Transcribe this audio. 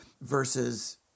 versus –